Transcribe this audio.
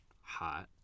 hot